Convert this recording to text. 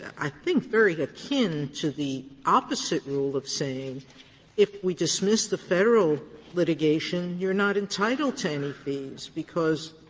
i think, very akin to the opposite rule of saying if we dismiss the federal litigation, you're not entitled to any fees, because